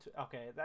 Okay